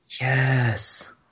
Yes